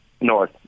North